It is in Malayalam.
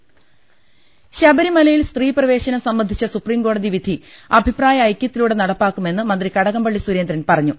ലലലലലലലലലലലല ശബരിമലയിൽ സ്ത്രീ പ്രവേശനം സംബന്ധിച്ച സുപ്രീംകോടതി വിധി അഭിപ്രായ ഐകൃത്തിലൂടെ നടപ്പാക്കുമെന്ന് മന്ത്രി കടകംപള്ളി സുരേന്ദ്രൻ പറഞ്ഞു